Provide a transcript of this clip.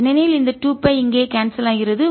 ஏனெனில் இந்த 2 பை இங்கே கான்செல் ஆகிறது